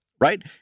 right